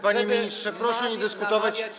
Panie ministrze, proszę nie dyskutować.